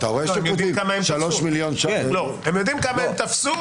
הם יודעים כמה הם תפסו.